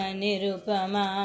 nirupama